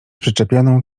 przyczepioną